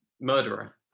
murderer